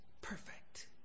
perfect